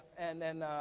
and then,